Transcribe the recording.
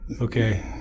Okay